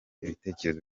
ibitekerezo